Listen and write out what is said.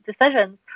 decisions